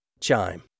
Chime